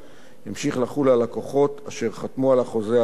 ימשיך לחול על לקוחות אשר חתמו על החוזה האחיד עם הספק.